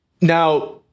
Now